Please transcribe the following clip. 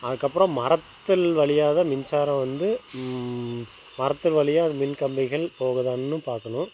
அதுக்கப்புறம் மரத்தின் வழியாகதான் மின்சாரம் வந்து மரத்தின் வழியாக அந்த மின் கம்பிகள் போகுதான்னு பார்க்கணும்